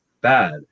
bad